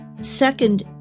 Second